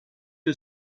que